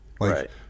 Right